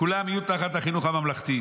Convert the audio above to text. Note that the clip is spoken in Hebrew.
כולם יהיו תחת החינוך הממלכתי,